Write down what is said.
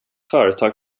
företag